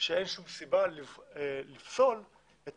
שאין שום סיבה לפסול את